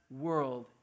world